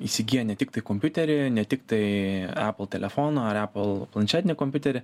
įsigyja ne tiktai kompiuterį ne tiktai epal telefoną ar epal planšetinį kompiuterį